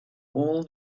all